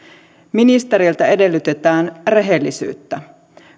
ministereiltä edellytetään rehellisyyttä